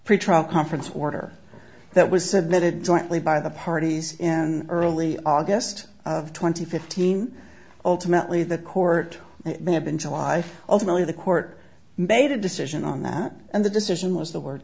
pretrial conference order that was submitted jointly by the parties and early august of twenty fifteen ultimately the court may have been july ultimately the court made a decision on that and the decision was the word